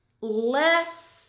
less